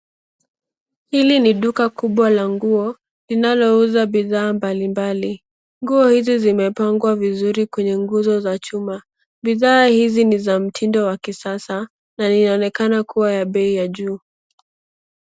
Hili ni duka kubwa la nguo linalouza bidhaa mbalimbali. Nguo hizi zimepangwa vizuri kwenye nguzo za chuma. Bidhaa hizi ni za mtindo wa kisasa na linaonekana kuwa ya bei ya juu.